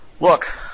Look